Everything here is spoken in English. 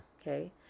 okay